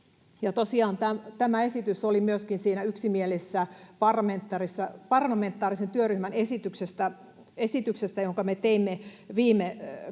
tämä esitys oli myöskin siinä yksimielisessä parlamentaarisen työryhmän esityksessä, jonka me teimme viime kaudella.